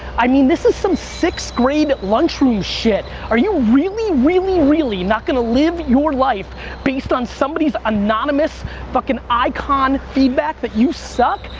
i mean this is some sixth grade lunchroom shit. are you really, really, really not gonna live your life based on somebody's anonymous fucking icon feedback that you suck?